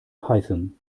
python